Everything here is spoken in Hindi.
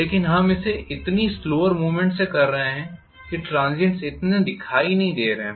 लेकिन हम इसे इतनी स्लोवर मूव्मेंट से कर रहे हैं कि ट्रांसीएंट्स इतने दिखाई नहीं दे रहे हैं